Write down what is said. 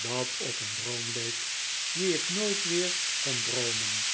dat op een droom leek dien ik nooit weer kon droomen